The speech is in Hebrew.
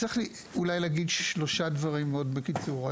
צריך אולי להגיד שלושה דברים מאוד בקיצור.